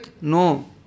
no